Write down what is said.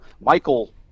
Michael